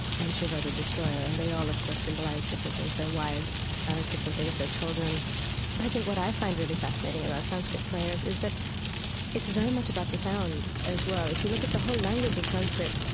and shiva the destroyer. and they all, of course, symbolize different things. their wives are different things, their children. but i think what i find really fascinating about sanskrit prayers is that it's very much about the sound as well. if you look at the whole language of sanskrit,